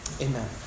Amen